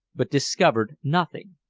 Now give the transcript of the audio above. but discovered nothing.